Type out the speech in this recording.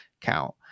count